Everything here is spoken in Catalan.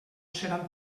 seran